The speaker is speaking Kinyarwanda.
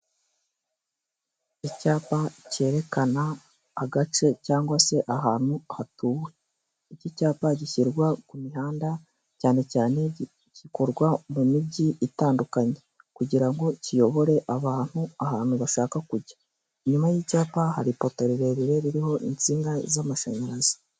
Icyapa cyerekana agace cyangwa se ahantu hatuwe. Iki cyapa gishyirwa ku mihanda cyane cyane gikorwa mu mijyi itandukanye kugira ngo kiyobore abantu ahantu bashaka kujya, inyuma y'icyapa hari ipoto rirerire ririho insinga z'amashanyarazi.